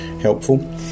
helpful